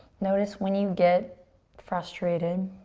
notice when you get frustrated.